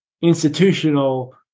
institutional